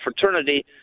fraternity